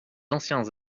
anciens